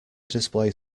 display